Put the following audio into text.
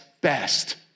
best